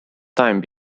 time